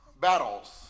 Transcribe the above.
battles